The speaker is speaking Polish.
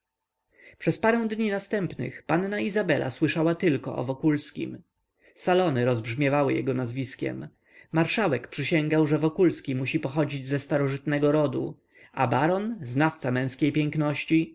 przez parę dni następnych panna izabela słyszała tylko o wokulskim salony rozbrzmiewały jego nazwiskiem marszałek przysięgał że wokulski musi pochodzić ze starożytnego rodu a baron znawca męskiej piękności